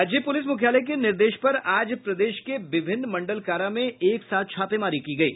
राज्य प्रलिस मुख्यालय के निर्देश पर आज प्रदेश के विभिन्न मंडल कारा में एक साथ छापेमारी की गयी